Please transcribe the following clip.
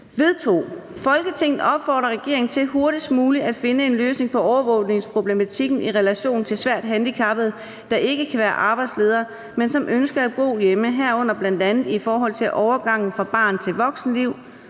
»Folketinget opfordrer regeringen til hurtigst muligt at finde en løsning på overvågningsproblematikken i relation til svært handicappede, der ikke kan være arbejdsledere, men som ønsker at bo hjemme, herunder bl.a. i forhold til overgangen fra barn til voksenliv.